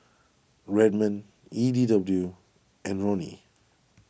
Redmond E D W and Roni